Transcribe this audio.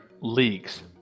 leagues